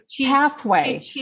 pathway